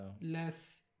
Less